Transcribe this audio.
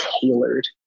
tailored